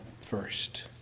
first